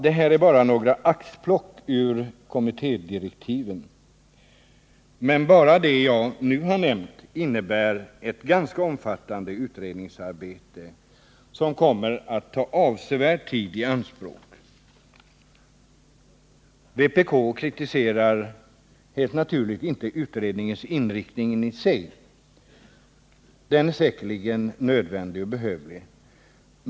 Det här är bara ett axplock ur kommittédirektiven — men bara det jag nu nämnt innebär ett ganska omfattande utredningsarbete som kommer att ta avsevärd tid i anspråk. Vpk kritiserar inte utredningens inriktning i sig — den är säkerligen nödvändig.